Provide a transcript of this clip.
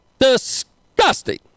Disgusting